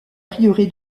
prieuré